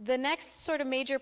the next sort of major